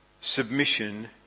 submission